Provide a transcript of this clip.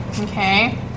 Okay